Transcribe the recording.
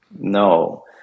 no